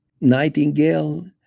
Nightingale